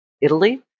Italy